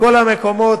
ובכל המקומות.